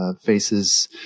faces